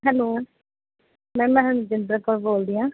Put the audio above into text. hello ma'am ਮੈਂ ਹਰਜਿੰਦਰ ਕੌਰ ਬੋਲਦੀ ਹਾਂ